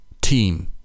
team